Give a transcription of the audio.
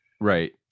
Right